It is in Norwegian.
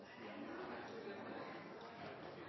andelen